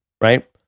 right